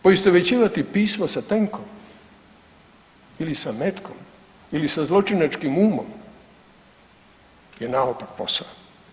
Poistovjećivati pismo sa tenkom ili sa metkom ili sa zločinačkim umom je naopak posao.